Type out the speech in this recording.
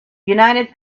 united